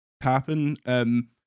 happen